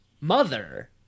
Mother